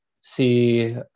see